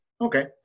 Okay